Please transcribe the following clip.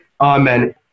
Amen